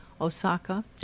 Osaka